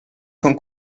con